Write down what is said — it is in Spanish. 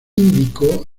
índico